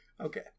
Okay